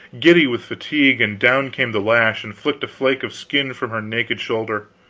giddy with fatigue, and down came the lash and flicked a flake of skin from her naked shoulder.